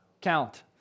count